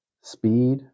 speed